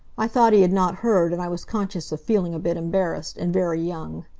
i thought he had not heard, and i was conscious of feeling a bit embarrassed, and very young.